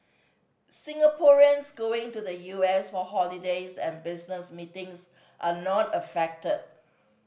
Singaporeans going to the U S for holidays and business meetings are not affected